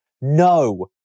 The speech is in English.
No